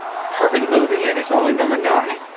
perfect movie and it's only number nine?